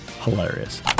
Hilarious